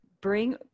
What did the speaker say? bring